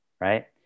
right